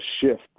shift